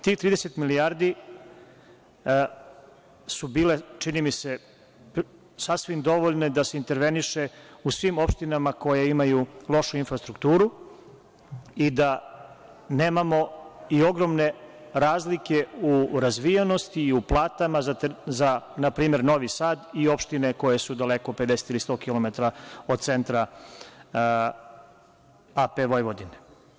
Tih 30 milijardi su bile, čini mi se, sasvim dovoljne da se interveniše u svim opštinama koje imaju lošu infrastrukturu, i da nemamo i ogromne razlike u razvijenosti i u platama za npr. Novi Sad i opštine koje su daleko 50 ili 100 kilometra od centra AP Vojvodine.